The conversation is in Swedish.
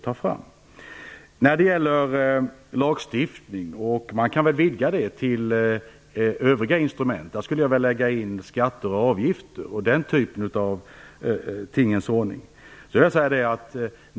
Jag skulle vilja vidga talet om lagstiftning till att avse också övriga instrument, som skatter, avgifter o.d.